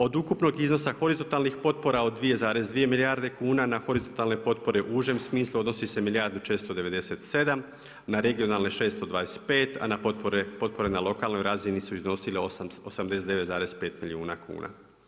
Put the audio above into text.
Od ukupnog iznosa horizontalnih potpora od 2,2 milijarde kuna na horizontalne potpore u užem smislu odnosi se milijardu 497, na regionalne 625, a potpore na lokalnoj razini su iznosile 89,5 milijuna kuna.